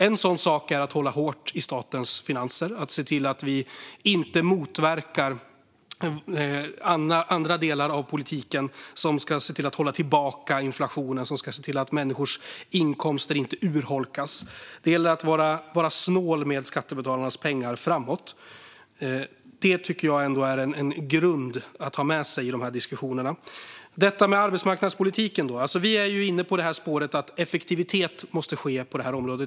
En sådan sak är att hålla hårt i statens finanser och att se till att vi inte motverkar andra delar av politiken som ska se till att hålla tillbaka inflationen och som ska se till att människors inkomster inte urholkas. Det gäller att vara snål med skattebetalarnas pengar framåt. Det tycker jag är en grund att ha med sig i dessa diskussioner. Sedan gäller det detta med arbetsmarknadspolitiken. Vi är inne på spåret att det måste vara effektivitet på detta område.